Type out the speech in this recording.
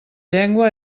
llengua